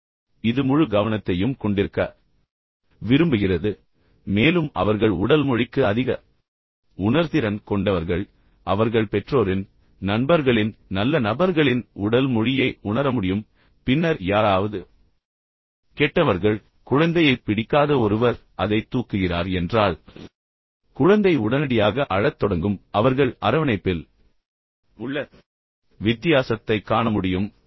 எனவே இது முழு கவனத்தையும் கொண்டிருக்க விரும்புகிறது மேலும் அவர்கள் உடல் மொழிக்கு அதிக உணர்திறன் கொண்டவர்கள் அவர்கள் பெற்றோரின் நண்பர்களின் நல்ல நபர்களின் உடல் மொழியை உணர முடியும் பின்னர் யாராவது கெட்டவர்கள் குழந்தையைப் பிடிக்காத ஒருவர் அதை தூக்குகிறார் என்றால் குழந்தை உடனடியாக அழத் தொடங்கும் அவர்கள் அரவணைப்பில் உள்ள வித்தியாசத்தைக் காண முடியும்